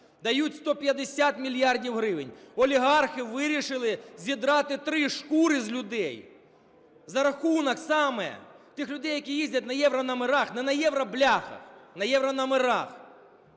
дають 150 мільярдів гривень. Олігархи вирішили зідрати три шкури з людей за рахунок саме тих людей, які їздять на єврономерах, не на "євробляхах", а на єврономерах.